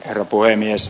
herra puhemies